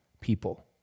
people